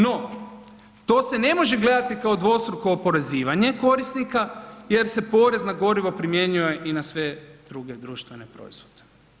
No, to se ne može gledati kao dvostruko oporezivanje korisnika jer se porez na gorivo primjenjuje i na sve druge društvene proizvode.